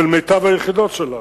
של מיטב היחידות שלנו,